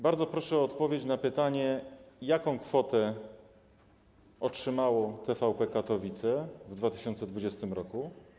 Bardzo proszę o odpowiedź na pytania: Jaką kwotę otrzymało TVP Katowice w 2020 r.